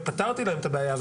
ופתרתי להם את הבעיה.